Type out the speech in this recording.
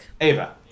Ava